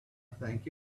think